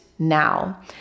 now